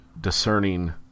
discerning